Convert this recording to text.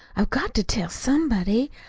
i've got to tell somebody.